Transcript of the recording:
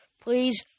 Please